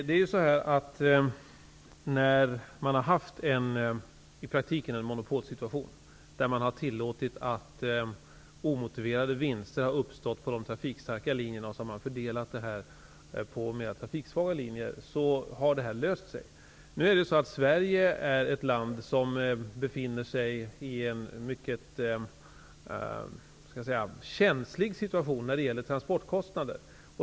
Herr talman! Man har i praktiken haft en monopolsituation, där man har tillåtit att omotiverade vinster har uppstått på de trafikstarka linjerna. Sedan har man fördelat de vinsterna på mer trafiksvaga linjer och på så sätt löst problemet. Sverige är ett land som befinner sig i en mycket känslig situation när det gäller transportkostnader.